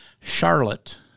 Charlotte